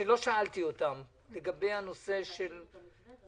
כדאי לו להפסיד 80%